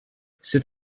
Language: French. c’est